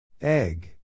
Egg